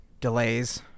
delays